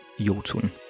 Jotun